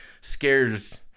scares